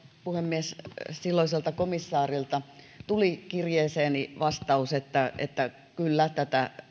puhemies silloiselta komissaarilta tuli kirjeeseeni vastaus että että kyllä tätä